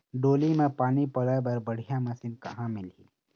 डोली म पानी पलोए बर बढ़िया मशीन कहां मिलही?